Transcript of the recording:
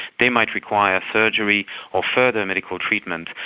they might require surgery or further medical treatment,